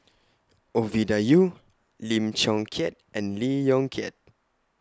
Ovidia Yu Lim Chong Keat and Lee Yong Kiat